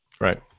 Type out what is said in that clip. Right